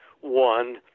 One